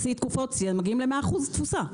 בשיא, תקופת השיא מגיעים ל-100% תפוסה.